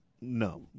No